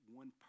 one